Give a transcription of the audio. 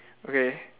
okay